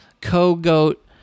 co-goat